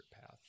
path